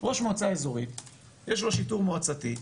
ראש מועצה אזורית יש לו שיטור מועצתי,